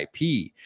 IP